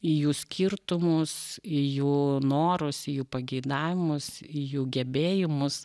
į jų skirtumus į jų norus į jų pageidavimus į jų gebėjimus